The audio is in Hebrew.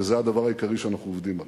וזה הדבר העיקרי שאנחנו עובדים עליו.